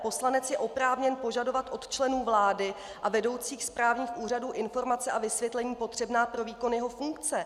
Poslanec je oprávněn požadovat od členů vlády a vedoucích správních úřadů informace a vysvětlení potřebná pro výkon jeho funkce.